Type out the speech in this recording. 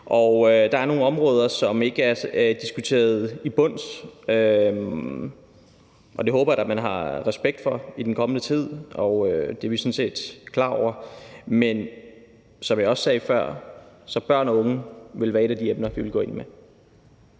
og der er nogle områder, som ikke er diskuteret til bunds. Det håber jeg da at man har respekt for i den kommende tid, for det er vi sådan set klar over. Men som jeg også sagde før, vil børn og unge være et af de emner, vi vil gå ind med.